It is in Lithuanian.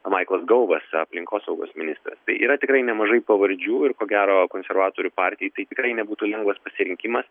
maiklas gouvas aplinkosaugos ministras tai yra tikrai nemažai pavardžių ir ko gero konservatorių partijai tai tikrai nebūtų lengvas pasirinkimas